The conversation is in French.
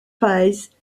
pies